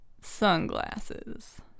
Sunglasses